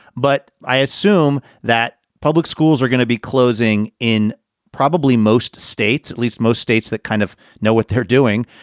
but i assume that public schools are going to be closing in, probably most states, at least most states that kind of know what they're doing.